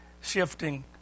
Shifting